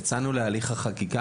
יצאנו להליך החקיקה,